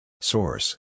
Source